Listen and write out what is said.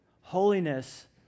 Holiness